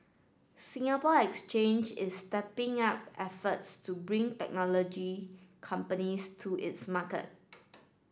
Singapore Exchange is stepping up efforts to bring technology companies to its market